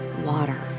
water